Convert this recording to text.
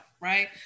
right